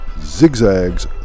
zigzags